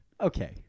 Okay